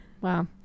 wow